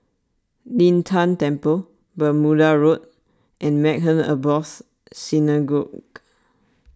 Lin Tan Temple Bermuda Road and Maghain Aboth Synagogue